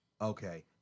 Okay